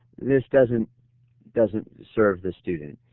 this doesn't doesn't serve the student.